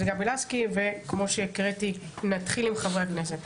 גבי לסקי וכמו שהקראתי נתחיל עם חברי הכנסת.